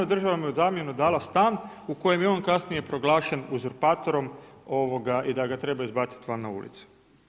Država mu je u zamjenu dala stan u kojem je on kasnije proglašen uzurpatorom i da ga treba izbaciti van na ulicu.